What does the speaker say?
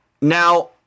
Now